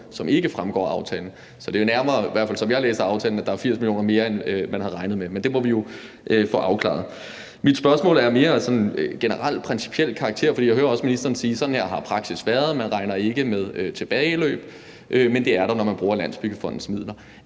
som jeg læser aftalen, nærmere sådan, at der er 80 mio. kr. mere, end man havde regnet med. Men det må vi jo få afklaret. Mit spørgsmål er mere af sådan generel principiel karakter, for jeg hører også ministeren sige, at sådan har praksis været, og at man ikke regner med tilbageløb. Men det er der, når man bruger Landsbyggefondens midler.